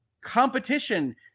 competition